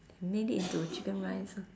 and made it into a chicken rice orh